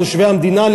תושבי המדינה,